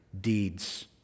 deeds